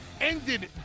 ended